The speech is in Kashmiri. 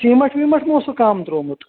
سیٖمٹ ویٖمٹ مہ اوسو کم ترومُت